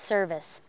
Service